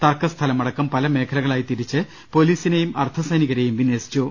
തർക്ക സ്ഥലം അടക്കം പല മേഖലകളായി തിരിച്ച് പൊലീസി നെയും അർദ്ധസൈനികരെയും വിന്യസിച്ചു